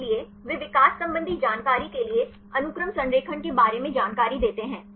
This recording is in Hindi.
इसलिए वे विकास संबंधी जानकारी के लिए अनुक्रम संरेखण के बारे में जानकारी देते हैं